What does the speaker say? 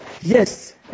Yes